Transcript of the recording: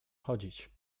chodzić